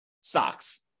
stocks